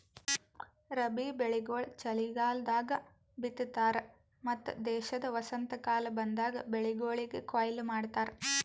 ರಬ್ಬಿ ಬೆಳಿಗೊಳ್ ಚಲಿಗಾಲದಾಗ್ ಬಿತ್ತತಾರ್ ಮತ್ತ ದೇಶದ ವಸಂತಕಾಲ ಬಂದಾಗ್ ಬೆಳಿಗೊಳಿಗ್ ಕೊಯ್ಲಿ ಮಾಡ್ತಾರ್